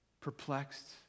perplexed